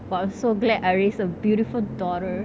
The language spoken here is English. but I'm so glad raised a beautiful daughter